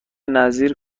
نظیر